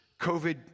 COVID